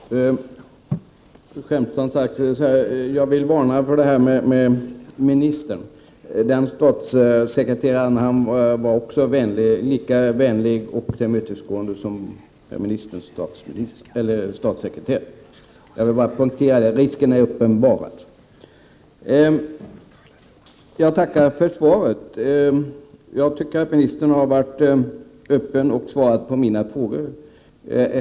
Herr talman! Skämtsamt sagt vill jag varna för parallellen med den engelska komediserien Javisst, herr minister. Den ministerns statssekreterare var också vänlig, lika vänlig och tillmötesgående som herr ministerns statssekreterare. Jag vill bara poängtera att risken är uppenbar. Jag tackar för svaret. Ministern har varit öppen och svarat på mina frågor.